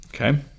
okay